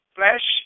flesh